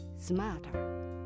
smarter